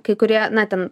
kai kurie na ten